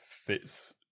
fits